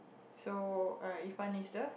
so uh Ifan is the